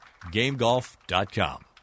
Gamegolf.com